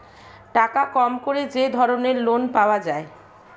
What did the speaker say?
টাকা কম করে যে ধরনের লোন পাওয়া যায়